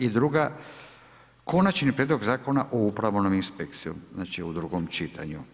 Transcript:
I druga Konačni prijedlog zakona o upravnoj inspekciji, znači u drugom čitanju.